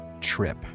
trip